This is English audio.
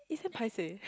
it's damn paiseh